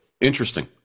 Interesting